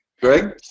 Greg